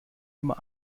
immer